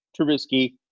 Trubisky